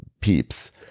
peeps